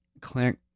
click